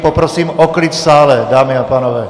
Poprosím o klid v sále, dámy a pánové!